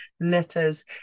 letters